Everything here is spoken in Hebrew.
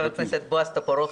חבר הכנסת בועז טופורובסקי,